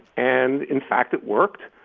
and, in fact, it worked.